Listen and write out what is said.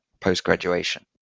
post-graduation